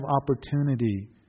opportunity